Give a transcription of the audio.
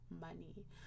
money